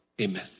amen